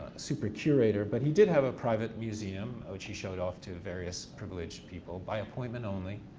super curator, but he did have a private museum which he showed off to various privileged people. by appointment only.